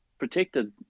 protected